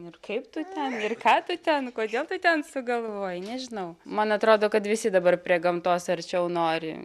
ir kaip tu ten ir ką tu ten kodėl tu ten sugalvojai nežinau man atrodo kad visi dabar prie gamtos arčiau nori